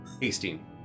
tasting